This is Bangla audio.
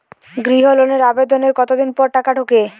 গৃহ লোনের আবেদনের কতদিন পর টাকা ঢোকে?